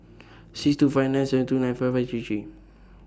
six two five nine seven two nine five three three